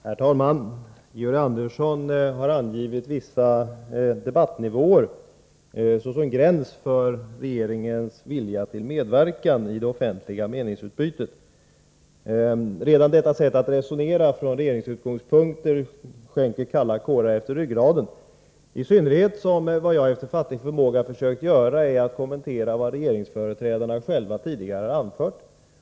Herr talman! Georg Andersson har angivit vissa debattnivåer såsom gräns för regeringens vilja att medverka i det offentliga meningsutbytet. Redan detta sätt att resonera från regeringens sida sänder kalla kårar utefter ryggraden. Vad jag efter fattig förmåga har försökt göra är att kommentera vad regeringsföreträdarna själva tidigare har anfört.